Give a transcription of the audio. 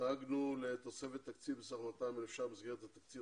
דאגנו לתוספת תקציב בסך 200,000 שקלים במסגרת התקציב